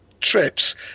trips